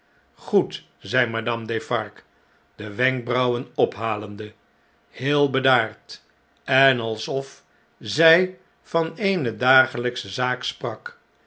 goed zei madame defarge de wenkbrauwen ophalende heel bedaard en alsof zjj van eene dagelijksche zaak sprak